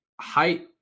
height